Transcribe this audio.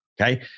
Okay